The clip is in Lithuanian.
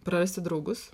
prarasti draugus